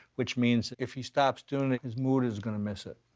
which means if he stops doin' it, his mood is gonna miss it.